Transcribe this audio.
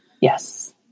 Yes